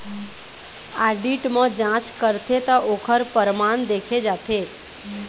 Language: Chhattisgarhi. आडिट म जांच करथे त ओखर परमान देखे जाथे